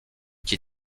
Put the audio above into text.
qui